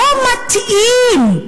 לא מתאים.